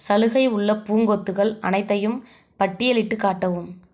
சலுகை உள்ள பூங்கொத்துகள் அனைத்தையும் பட்டியலிட்டு காட்டவும்